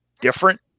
different